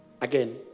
Again